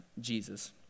Jesus